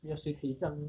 要谁陪葬